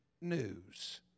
news